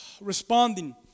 responding